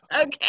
okay